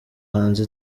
hanze